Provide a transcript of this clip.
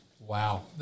Wow